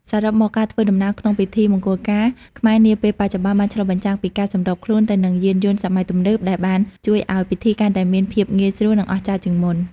សរុបមក ការធ្វើដំណើរក្នុងពិធីមង្គលការខ្មែរនាពេលបច្ចុប្បន្នបានឆ្លុះបញ្ចាំងពីការសម្របខ្លួនទៅនឹងយានយន្តសម័យទំនើបដែលបានជួយឱ្យពិធីកាន់តែមានភាពងាយស្រួលនិងអស្ចារ្យជាងមុន។